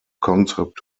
concept